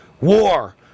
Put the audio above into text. WAR